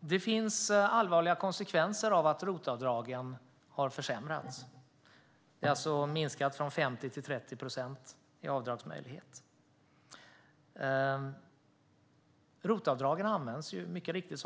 Det finns allvarliga konsekvenser av att ROT-avdragen har försämrats. Avdragsmöjligheten har alltså minskats från 50 procent till 30 procent. Som ministern konstaterar används ROT-avdragen mycket riktigt